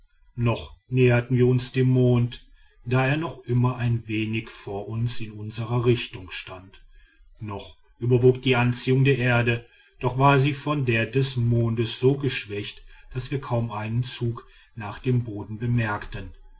noch näherten wir uns dem mond da er noch immer ein wenig vor uns in unserer richtung stand noch überwog die anziehung der erde doch war sie von der des mondes so geschwächt daß wir kaum einen zug nach dem boden bemerkten